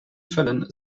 fällen